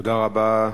תודה רבה.